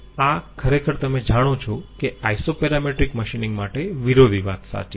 આ ખરેખર તમે જાણો છો કે આઈસો પેરામેટ્રિક મશીનિંગ માટે વિરોધી વાત સાચી છે